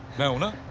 naina!